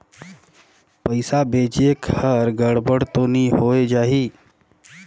पइसा भेजेक हर गड़बड़ तो नि होए जाही?